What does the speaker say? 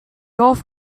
golf